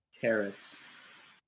Carrots